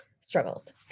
struggles